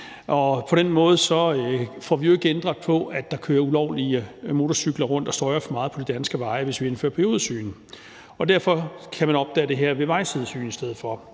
på den måde får vi jo ikke ændret på, at der kører ulovlige motorcykler rundt og støjer for meget på de danske veje, hvis vi indfører periodiske syn. Derfor kan man opdage det her ved vejsidesyn i stedet for.